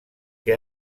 que